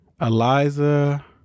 Eliza